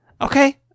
Okay